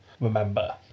remember